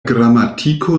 gramatiko